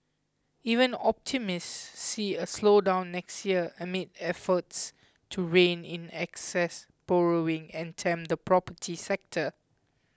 even optimists see a slowdown next year amid efforts to rein in excess borrowing and tame the property sector